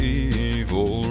evil